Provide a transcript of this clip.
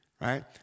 right